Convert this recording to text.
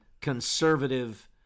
conservative